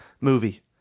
movie